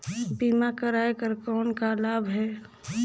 बीमा कराय कर कौन का लाभ है?